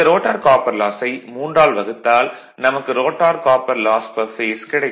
இந்த rotor copper லாஸை 3 ஆல் வகுத்தால் நமக்கு rotor copper loss per phase கிடைக்கும்